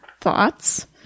Thoughts